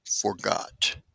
forgot